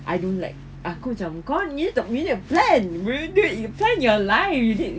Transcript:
I don't like aku macam god you need a plan dude you plan your life you need